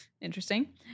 interesting